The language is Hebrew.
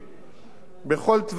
בכל תוואי שיהיה,